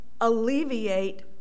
alleviate